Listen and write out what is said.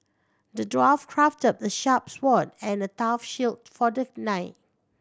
the dwarf crafted a sharp sword and a tough shield for the knight